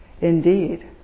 Indeed